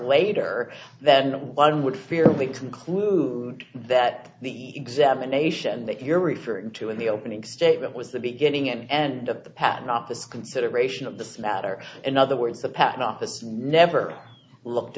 later then one would fear we conclude that the examination that you're referring to in the opening statement was the beginning and end of the patent office consideration of this matter in other words the patent office never looked